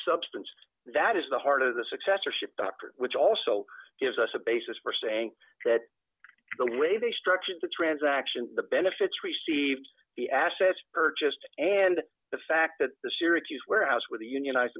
substance that is the heart of the successorship dr which also gives us a basis for saying that the way they structured the transaction the benefits received the assets purchased and the fact that the syracuse warehouse where the unionized